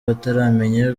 bataramenya